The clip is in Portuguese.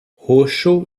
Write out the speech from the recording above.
roxo